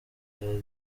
byari